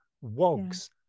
wogs